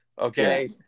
Okay